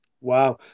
Wow